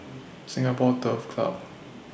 Singapore Turf Club